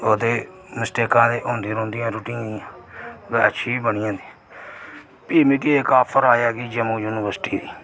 ओह् ते मिस्टेका ते होंदी रौंहदियां रुट्टियां कुतै अच्छी बी बनी जंदी पर मिगी इक आफर आया कि जम्मू यूनिबर्सट्री